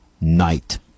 night